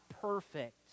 perfect